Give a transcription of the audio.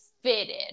fitted